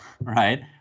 right